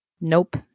nope